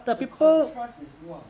the contrast is !wah!